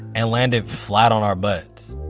and landed flat on our butts.